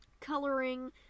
coloring